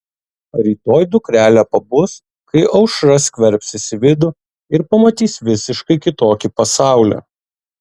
rytoj dukrelė pabus kai aušra skverbsis į vidų ir pamatys visiškai kitokį pasaulį